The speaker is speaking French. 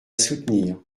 soutenir